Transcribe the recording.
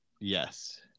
Yes